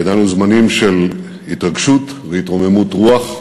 ידענו זמנים של התרגשות והתרוממות רוח,